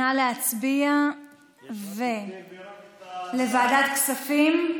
נא להצביע, לוועדת הכספים.